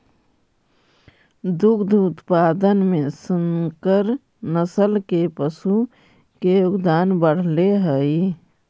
दुग्ध उत्पादन में संकर नस्ल के पशु के योगदान बढ़ले हइ